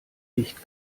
nicht